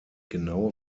genaue